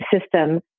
system